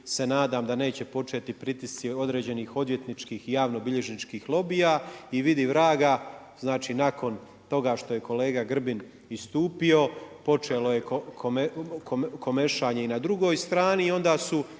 se nadam da neće početi pritisci određenih odvjetničkih i javnobilježničkih lobija. I vidi vraga, znači nakon toga što je kolega Grbin istupio počelo je komešanje i na drugoj strani i onda su